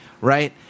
right